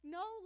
no